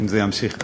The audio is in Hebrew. אם זה יימשך ככה.